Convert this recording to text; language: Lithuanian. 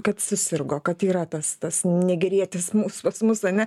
kad susirgo kad yra tas tas negerietis mūs pas mus ane